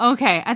Okay